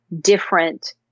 different